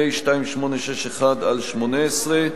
פ/2861/18.